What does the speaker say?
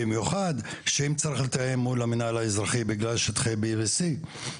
במיוחד אם צריך לתאם מול המינהל האזרחי בגלל שטחי B ו-C,